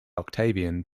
octavian